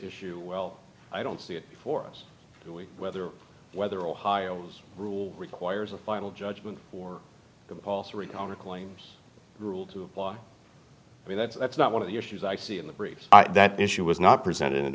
issue well i don't see it for us to weigh whether whether ohio's rule requires a final judgment or compulsory counterclaims rule to apply i mean that's that's not one of the issues i see in the briefs that the issue was not presented